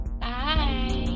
bye